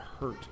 hurt